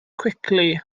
quickly